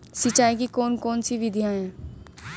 सिंचाई की कौन कौन सी विधियां हैं?